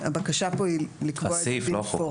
הבקשה פה היא לקבוע את זה במפורש